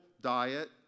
diet